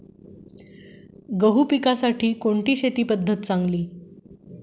गहू पिकाला कोणती शेती पद्धत चांगली?